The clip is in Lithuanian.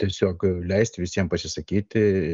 tiesiog leisti visiem pasisakyti